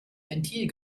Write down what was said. ventil